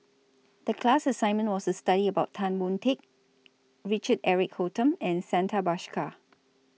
The class assignment was to study about Tan Boon Teik Richard Eric Holttum and Santha Bhaskar